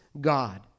God